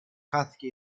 χάθηκε